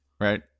Right